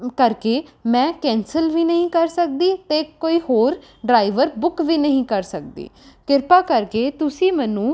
ਕਰਕੇ ਮੈਂ ਕੈਂਸਲ ਵੀ ਨਹੀਂ ਕਰ ਸਕਦੀ ਅਤੇ ਕੋਈ ਹੋਰ ਡਰਾਈਵਰ ਬੁੱਕ ਵੀ ਨਹੀਂ ਕਰ ਸਕਦੀ ਕਿਰਪਾ ਕਰਕੇ ਤੁਸੀਂ ਮੈਨੂੰ